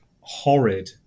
horrid